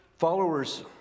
Followers